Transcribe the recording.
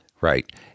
Right